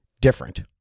different